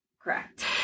Correct